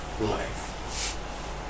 life